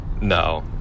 No